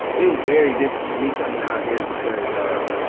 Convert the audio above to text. it was very different for me coming out here because ah